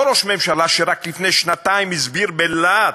אותו ראש ממשלה שרק לפני שנתיים הסביר בלהט,